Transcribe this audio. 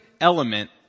element